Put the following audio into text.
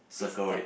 circle it